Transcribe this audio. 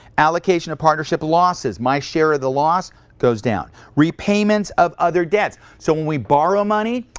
allocation of partnership losses. my share of the loss goes down. repayments of other debts. so when we borrow money,